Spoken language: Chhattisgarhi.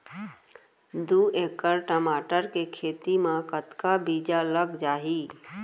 दू एकड़ टमाटर के खेती मा कतका बीजा लग जाही?